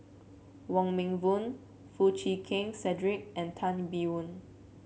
Wong Meng Voon Foo Chee Keng Cedric and Tan Biyun